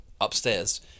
upstairs